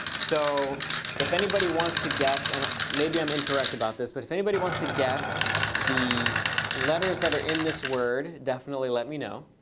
so if anybody wants to guess. and maybe i'm incorrect about this. but if anybody wants to guess the letters that are in this word, definitely let me know.